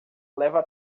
leva